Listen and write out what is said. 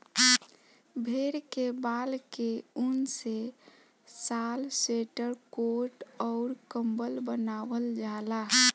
भेड़ के बाल के ऊन से शाल स्वेटर कोट अउर कम्बल बनवाल जाला